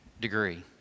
degree